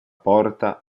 porta